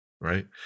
right